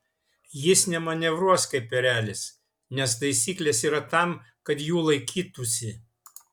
jis nemanevruos kaip erelis nes taisyklės yra tam kad jų laikytųsi